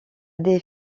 des